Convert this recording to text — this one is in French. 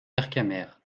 vercamer